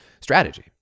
strategy